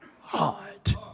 heart